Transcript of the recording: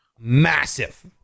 Massive